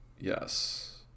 yes